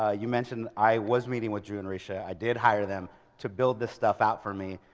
ah you mentioned i was meeting with drew and recia, i did hire them to build this stuff out for me.